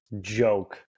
joke